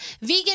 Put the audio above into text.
Vegan